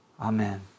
Amen